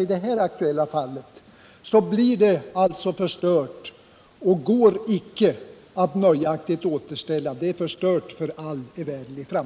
i det här aktuella fallet blir naturen förstörd och går icke att nöjaktigt återställa. Den blir förstörd = Nr 52 för evärdlig tid!